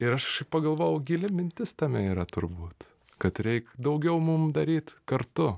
ir aš kažkaip pagalvojau gili mintis tame yra turbūt kad reik daugiau mum daryt kartu